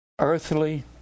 earthly